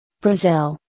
Brazil